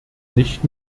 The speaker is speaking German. nicht